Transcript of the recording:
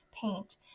paint